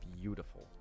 beautiful